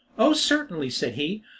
oh certainly, said he,